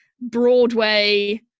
Broadway